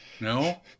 no